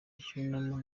cy’icyunamo